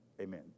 amen